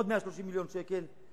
עוד 130 מיליון שקל.